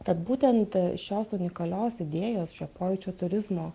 tad būtent šios unikalios idėjos šio pojūčių turizmo